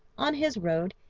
on his road,